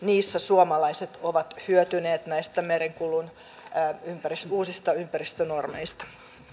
suomalaiset ovat hyötyneet näistä merenkulun uusista ympäristönormeista